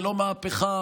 ולא מהפכה,